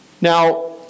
Now